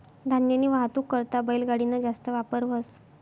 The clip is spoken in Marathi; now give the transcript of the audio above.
धान्यनी वाहतूक करता बैलगाडी ना जास्त वापर व्हस